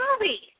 movie